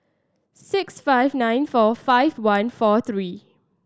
six five nine four five one four three